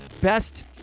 best